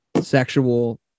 sexual